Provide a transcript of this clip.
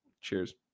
cheers